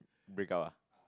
break up ah